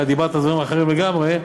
כי דיברת על דברים אחרים לגמרי.